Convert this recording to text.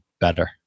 better